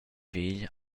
vegl